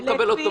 לפי החוק.